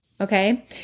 okay